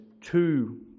two